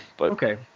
Okay